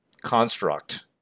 construct